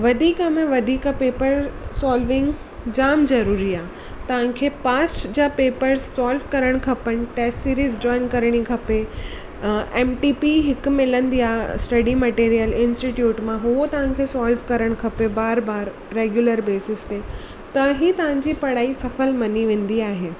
वधीक में वधीक पेपर सोल्विंग जाम जरूरी आहे तव्हांखे पास्ट जा पेपर सोल्व करणु खपनि टेस्ट सीरीज़ जॉइन करिणी खपे अ एमटीपी हिक मिलंदी आहे स्टडी मटिरीयल इन्सटीटयूट मां उहो तव्हांखे सोल्व करणु खपे बार बार रेगुलर बेसिस ते त ई तव्हांजो पढ़ाई सफ़ल मञी वेंदी आहे